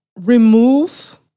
remove